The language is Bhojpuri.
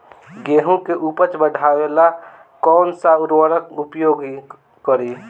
गेहूँ के उपज बढ़ावेला कौन सा उर्वरक उपयोग करीं?